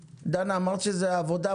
אמרת שזה משרד העבודה,